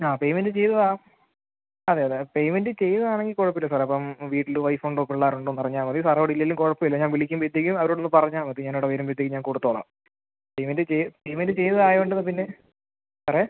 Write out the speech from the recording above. ആ പേയ്മെൻറ് ചെയ്തതാണ് അതെ അതെ പേയ്മെൻറ് ചെയ്തതാണെങ്കിൽ കുഴപ്പമില്ല സാറേ അപ്പം വീട്ടിൽ വൈഫ് ഉണ്ടോ പിള്ളേർ ഉണ്ടോ എന്ന് അറിഞ്ഞാൽ മതി സാർ അവിടെ ഇല്ലെങ്കിലും കുഴപ്പമില്ല ഞാൻ വിളിക്കുമ്പോഴത്തേക്കും അവരോടൊന്ന് പറഞ്ഞാൽ മതി ഞാൻ അവിടെ വരുമ്പോഴത്തേക്കും ഞാൻ കൊടുത്തോളാം പേയ്മെൻറ് ചെയ് പേയ്മെൻറ് ചെയ്തതായതുകൊണ്ട് അത് പിന്നെ സാറേ